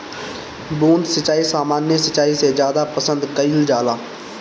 बूंद सिंचाई सामान्य सिंचाई से ज्यादा पसंद कईल जाला